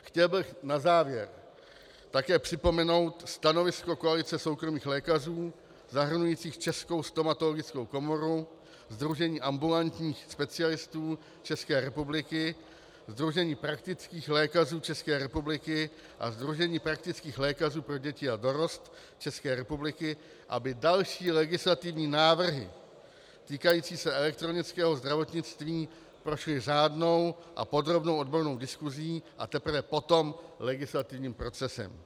Chtěl bych na závěr také připomenout stanovisko koalice soukromých lékařů, zahrnující Českou stomatologickou komoru, Sdružení ambulantních specialistů České republiky, Sdružení praktických lékařů České republiky a Sdružení praktických lékařů pro děti a dorost České republiky, aby další legislativní návrhy týkající se elektronického zdravotnictví prošly řádnou a podrobnou odbornou diskusí, a teprve potom legislativním procesem.